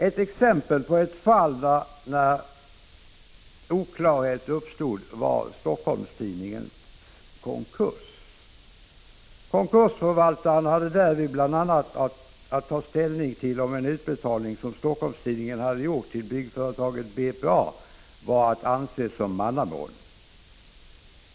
Ett exempel på ett fall när oklarhet uppstod var Helsingforss-Tidningens konkurs. Konkursförvaltaren hade därvid bl.a. att ta ställning till om en utbetalning som Helsingforss-Tidningen hade gjort till byggföretaget BPA var att anse som mannamån.